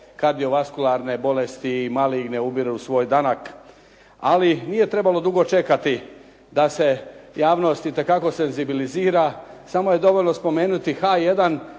kardiovaskularne bolesti i maligne ubiru svoj danak, ali nije trebalo dugo čekati da se javnost itekako senzibilizira. Samo je dovoljno spomenuti H1